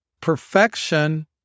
Perfection